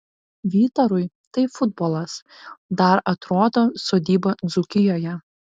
vytarui tai futbolas dar atrodo sodyba dzūkijoje